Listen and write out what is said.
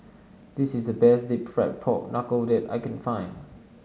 this is the best deep fried Pork Knuckle that I can find